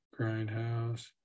Grindhouse